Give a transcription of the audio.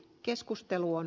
keskustelu on